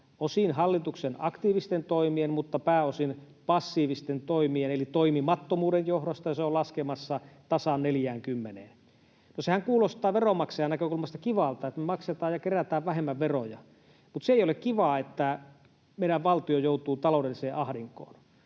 osin hallituksen aktiivisten toimien mutta pääosin passiivisten toimien eli toimimattomuuden johdosta — se on laskemassa tasan 40:een. No, sehän kuulostaa veronmaksajan näkökulmasta kivalta, että me maksetaan ja kerätään vähemmän veroja, mutta se ei ole kivaa, että meidän valtio joutuu taloudelliseen ahdinkoon.